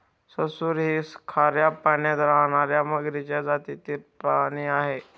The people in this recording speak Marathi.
सुसर ही खाऱ्या पाण्यात राहणार्या मगरीच्या जातीतील प्राणी आहे